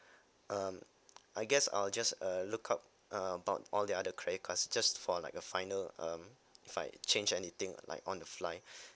um I guess I'll just uh look out uh about all the other credit cards just for like a final um if I change anything like on the flight